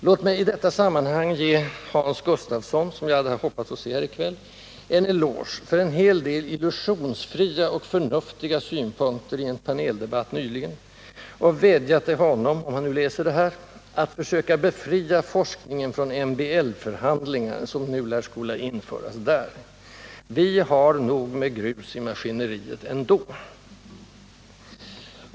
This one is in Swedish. Låt mig i detta sammanhang ge Hans Gustafsson, som jag hade hoppats se här i kväll, en eloge för en hel del illusionsfria och förnuftiga synpunkter i en paneldebatt nyligen och vädja till honom —-om han nu läser det här i protokollet — att försöka befria forskningen från MBL förhandlingar, som nu lär skola införas där. Vi har nog med grus i maskineriet ändå.